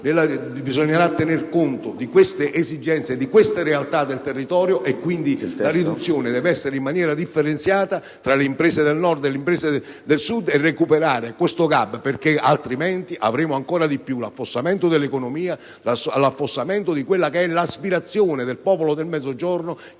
bisognerà tener conto di queste esigenze e di queste realtà del territorio; la riduzione dovrà pertanto essere differenziata tra le imprese del Nord e le imprese del Sud, per recuperare questo gap. Altrimenti, avremo ancora di più l'affossamento dell'economia e l'affossamento dell'aspirazione del popolo del Mezzogiorno,